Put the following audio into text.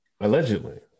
Allegedly